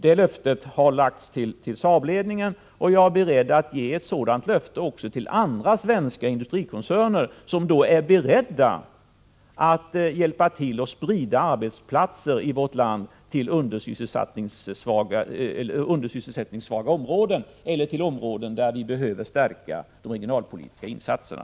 Det löftet har alltså getts till Saabledningen, och jag är beredd att ge ett sådant löfte också till andra svenska industrikoncerner som är beredda att hjälpa till att sprida arbetsplatser till sysselsättningssvaga områden i vårt land, eller till områden där vi behöver stärka de regionalpolitiska insatserna.